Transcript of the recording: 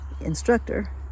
instructor